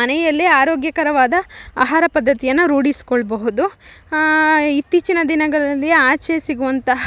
ಮನೆಯಲ್ಲಿ ಆರೋಗ್ಯಕರವಾದ ಅಹಾರ ಪದ್ದತಿಯನ್ನು ರೂಢಿಸ್ಕೊಳ್ಬಹುದು ಇತ್ತೀಚಿನ ದಿನಗಳಲ್ಲಿ ಆಚೆ ಸಿಗುವಂತಹ